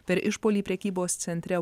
per išpuolį prekybos centre